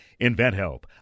InventHelp